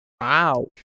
Wow